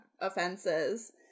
offenses